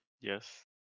Yes